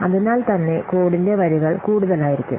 അതിനാൽത്തന്നെ കോഡിന്റെ വരികൾ കൂടുതലായിരിക്കും